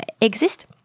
exist